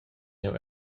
jeu